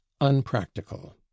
unpractical